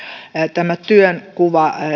tämä työnkuva